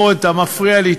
אורן, אתה מפריע לי.